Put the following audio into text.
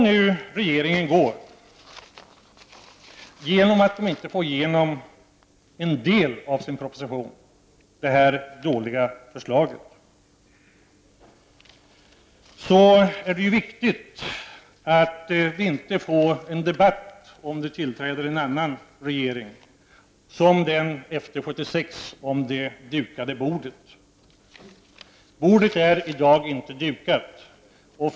Om regeringen nu avgår på grund av att den inte får igenom en del av sin proposition, det här dåliga förslaget, är det viktigt att vi om det tillträder en annan regering inte får samma debatt som vi fick efter 1976 om det dukade bordet. Bordet är inte dukat i dag.